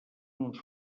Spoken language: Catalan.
uns